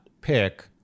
pick